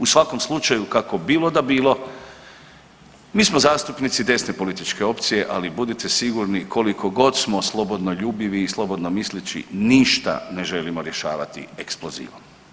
U svakom slučaju kako bilo da bilo mi smo zastupnici desne političke opcije, ali budite sigurni kolikogod smo slobodoljubivi i slobodno misleći ništa ne želimo rješavati eksplozivom.